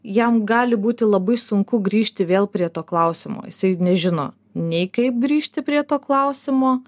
jam gali būti labai sunku grįžti vėl prie to klausimo jisai nežino nei kaip grįžti prie to klausimo